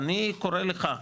אני קורא לך,